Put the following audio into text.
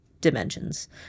dimensions